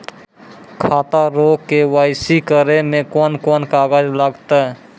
खाता रो के.वाइ.सी करै मे कोन कोन कागज लागतै?